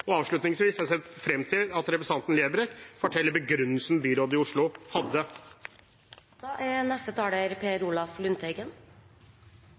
Avslutningsvis: Jeg ser frem til at representanten Lerbrekk forteller om begrunnelsen byrådet i Oslo hadde. Det er